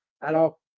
Alors